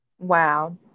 Wow